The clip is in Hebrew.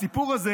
הסיפור הזה